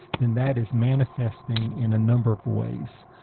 then that is manifesting in a number of ways.